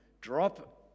drop